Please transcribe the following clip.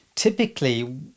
Typically